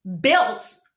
built